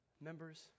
Members